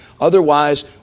Otherwise